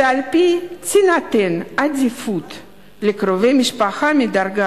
שעל-פיה תינתן עדיפות לקרובי משפחה מדרגה